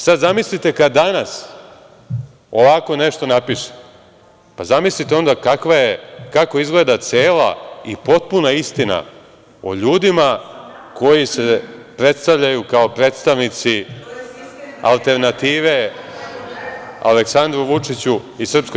Sada zamislite, kada list „Danas“ ovako nešto napiše, zamislite onda kako izgleda cela i potpuna istina o ljudima koji se predstavljaju kao predstavnici alternative Aleksandru Vučiću i SNS.